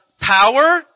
Power